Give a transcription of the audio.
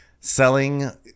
Selling